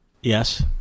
Yes